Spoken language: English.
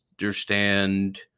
understand